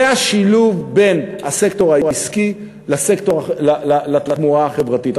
זה השילוב בין הסקטור העסקי לתמורה החברתית.